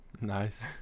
nice